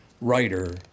writer